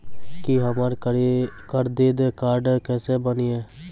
की हमर credit card केसे बनिये?